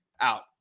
out